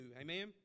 amen